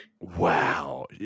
Wow